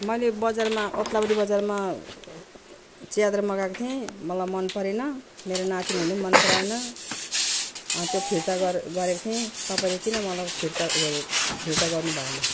मैले बजारमा ओदलाबारी बजारमा च्यादर मगाएको थिएँ मलाई मन परेन मेरो नातिनीहरूले मन पराएन त्यो फिर्ता गरे गरेको थिएँ तपाईँले किन मलाई फिर्ता हेरेँ फिर्ता गर्नु भएन